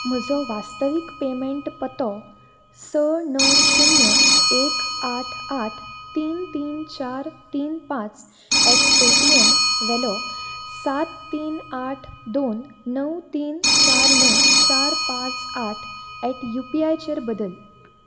म्हजो वास्तवीक पेमेंट पतो स णव शुन्य एक आठ आठ तीन तीन चार तीन पांच एट पे टी एम वेलो सात तीन आठ दोन णव तीन चार णव चार पांच आठ एट यू पी आय चेर बदल